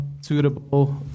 suitable